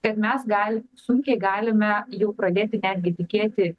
ir mes gal sunkiai galime jau pradėti netgi tikėti